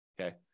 okay